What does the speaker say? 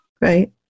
Right